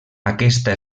aquesta